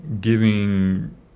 giving